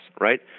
right